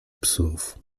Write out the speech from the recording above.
psów